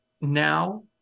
now